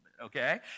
Okay